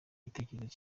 igitekerezo